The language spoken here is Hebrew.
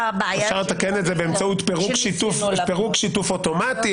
אפשר לתקן את זה באמצעות פירוק שיתוף אוטומטי.